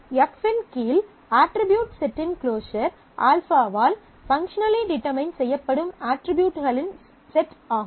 F இன் கீழ் attribute செட்டின் க்ளோஸர் α வால் பங்க்ஷனலி டிடெர்மைன் செய்யப்படும் அட்ரிபியூட்களின் செட் ஆகும்